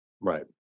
Right